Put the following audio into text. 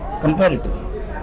comparative